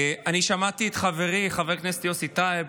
אני שמעתי את חברי חבר הכנסת יוסי טייב,